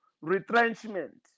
retrenchment